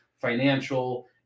financial